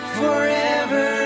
forever